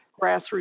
grassroots